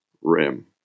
RIM